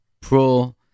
Pro